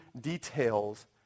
details